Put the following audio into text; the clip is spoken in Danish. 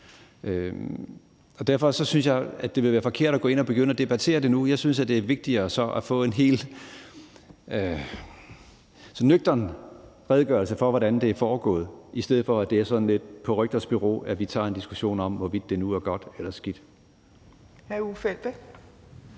Derfor synes jeg, at det ville være forkert at gå ind og begynde at debattere det nu. Jeg synes så, at det er vigtigere at få en helt nøgtern redegørelse for, hvordan det er foregået, i stedet for at det er sådan lidt på rygters bureau, at vi tager en diskussion om, hvorvidt det nu er godt eller skidt.